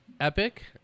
Epic